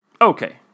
Okay